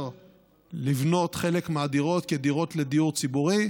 לבנות חלק מהדירות כדירות לדיור ציבורי.